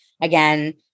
again